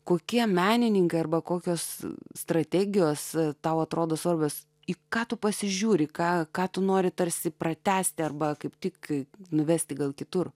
kokie menininkai arba kokios strategijos tau atrodo svarbios į ką tu pasižiūri ką ką tu nori tarsi pratęsti arba kaip tik nuvesti gal kitur